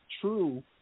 true